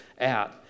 out